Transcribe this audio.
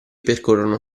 percorrono